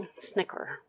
snicker